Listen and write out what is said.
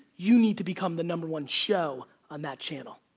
you need to become the number one show on that channel.